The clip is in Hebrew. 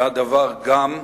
והדבר גם,